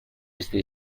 este